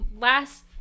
last